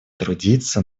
трудиться